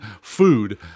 food